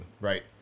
Right